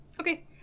Okay